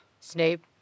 Snape